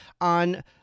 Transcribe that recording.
on